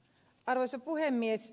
arvoisa puhemies